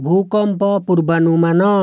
ଭୂକମ୍ପ ପୂର୍ବାନୁମାନ